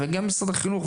וגם המשרד כמשרד החינוך,